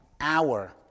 hour